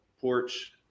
porch